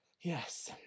Yes